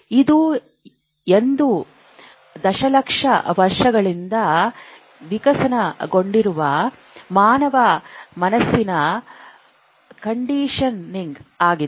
ಇದು ಒಂದು ದಶಲಕ್ಷ ವರ್ಷಗಳಿಂದ ವಿಕಸನಗೊಂಡಿರುವ ಮಾನವ ಮನಸ್ಸಿನ ಕಂಡೀಷನಿಂಗ್ ಆಗಿದೆ